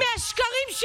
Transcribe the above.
השרה דיסטל.